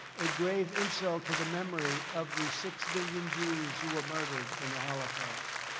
a grave insult to the memory of the six million jews who were murdered in the holocaust.